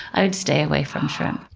i'd stay away from shrimp.